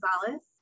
Gonzalez